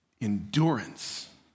endurance